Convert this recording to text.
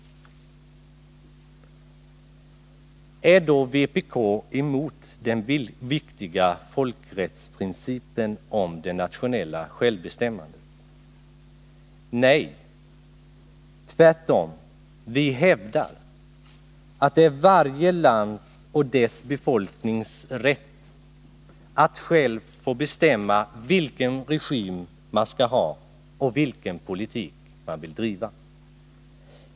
Är då vpk emot den viktiga folkrättsprincipen om det nationella självbestämmandet? Nej, vi hävdar tvärtom att det är varje lands och dess befolknings rätt att självt få bestämma vilken regim man skall ha och vilken politik man vill driva.